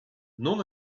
non